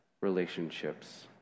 relationships